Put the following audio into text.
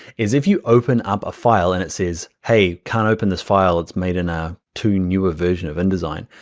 is if you open up a file and it says, hey, can't open this file. it's made in a too newer version of indesign.